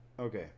Okay